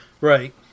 Right